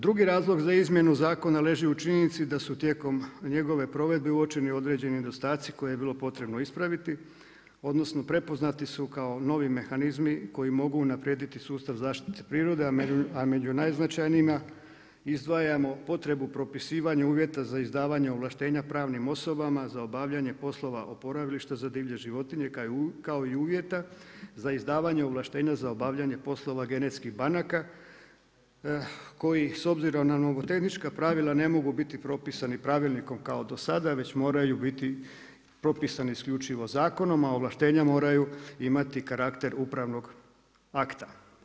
Drugi razlog za izmjenu zakona leži u činjenici da su tijekom njegove provedbe uočeni određeni nedostaci koje je bilo potrebno ispraviti odnosno prepoznati su kao novi mehanizmi koji mogu unaprijediti sustav zaštite prirode, a među najznačajnijima izdvajamo potrebu propisivanja uvjeta za izdavanje ovlaštenja pravnim osobama za obavljanje poslova oporavilišta za divlje životinje kao i uvjeta za izdavanje ovlaštenja za obavljanje poslova genetskih banaka koji s obzirom na nomotehnička pravila ne mogu biti propisani pravilnikom kao do sada već moraju biti propisani isključivo zakonom, a ovlaštenja moraju imati karakter upravnog akta.